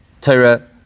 Torah